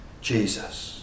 Jesus